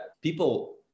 people